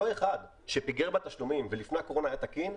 אותו אחד שפיגר בתשלומים ולפני הקורונה היה תקין,